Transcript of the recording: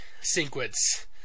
sequence